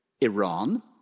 Iran